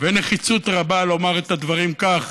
ונחיצות רבה לומר את הדברים כך